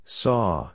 saw